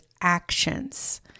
actions